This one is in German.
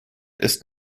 ist